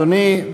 אדוני,